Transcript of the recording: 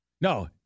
No